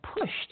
pushed